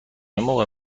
موقع